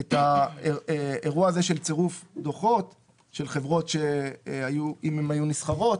את האירוע הזה של צירוף דוחות של חברות אם הן היו נסחרות.